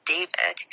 David